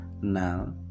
Now